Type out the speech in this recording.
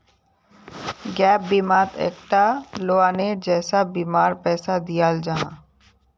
gap बिमात एक टा लोअनेर जैसा बीमार पैसा दियाल जाहा